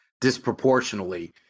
disproportionately